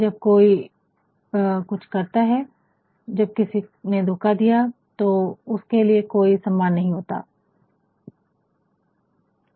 जब कोई कुछ करता है जब किसी ने धोखा दिया तो उसके लिए कोई सम्मान नहीं होता है